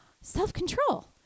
self-control